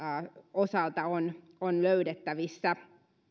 osalta on on löydettävissä